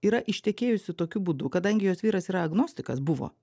yra ištekėjusi tokiu būdu kadangi jos vyras yra agnostikas buvo